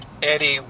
Eddie